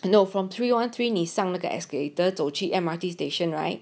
you know from three one three 你上那个 escalator 走去 M_R_T station right